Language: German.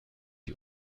die